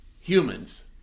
humans